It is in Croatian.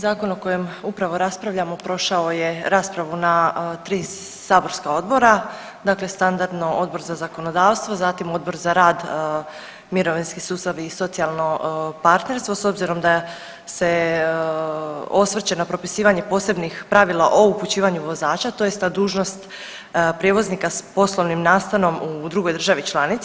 Zakon o kojem upravo raspravljamo prošao je raspravu na tri saborska odbora, dakle standardno Odbor za zakonodavstvo, zatim Odbor za rad, mirovinski sustav i socijalno partnerstvo s obzirom da se osvrće na propisivanje posebnih pravila o upućivanju vozača tj. na dužnost prijevoznika s poslovnim nastanom u drugoj državi članici.